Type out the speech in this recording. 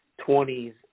twenties